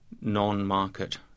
non-market